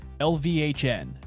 LVHN